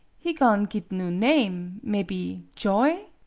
he go'n' git new name mebby joy!